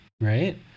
right